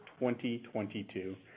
2022